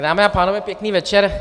Dámy a pánové, pěkný večer.